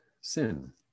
sin